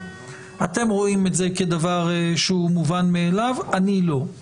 אתם רואים את זה כדבר שהוא מובן מאליו ואני לא.